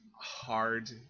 hard